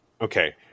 Okay